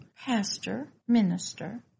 pastor-minister